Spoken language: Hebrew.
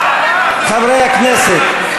חברי הכנסת,